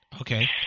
okay